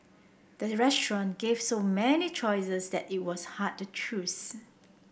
the restaurant gave so many choices that it was hard to choose